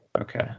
Okay